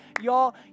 Y'all